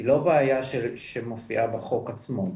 היא לא בעיה שמופיעה בחוק עצמו.